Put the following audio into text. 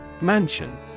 Mansion